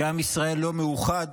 כשעם ישראל לא מאוחד